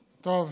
מבין,